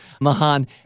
Mahan